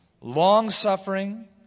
long-suffering